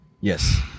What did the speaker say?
yes